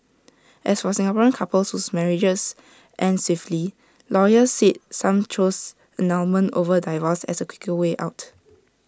as for Singaporean couples whose marriages end swiftly lawyers said some choose annulment over divorce as A quicker way out